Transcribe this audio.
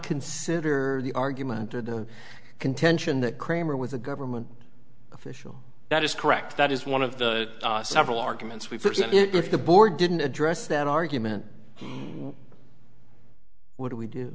consider the argument or the contention that cramer was a government official that is correct that is one of the several arguments we present if the board didn't address that argument would we do